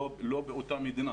לא באותה מדינה.